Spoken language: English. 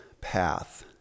path